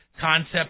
concept